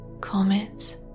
comets